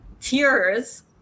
tears